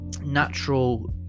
natural